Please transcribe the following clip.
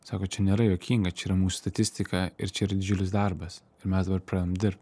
sako čia nėra juokinga čia yra mūsų statistika ir čia yra didžiulis darbas ir mes dabar pradedam dirbt